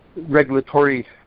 regulatory